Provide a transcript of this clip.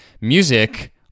music